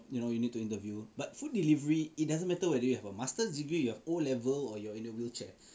you know you need to interview but food delivery it doesn't matter whether you have a masters degree you have O level or you are in a wheelchair